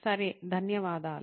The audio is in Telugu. సరే ధన్యవాదాలు